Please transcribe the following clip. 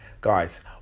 Guys